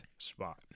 spot